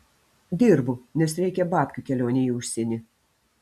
dirbu nes reikia babkių kelionei į užsienį